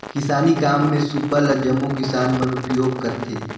किसानी काम मे सूपा ल जम्मो किसान मन उपियोग करथे